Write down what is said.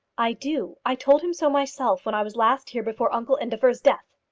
i do. i told him so myself when i was last here before uncle indefer's death.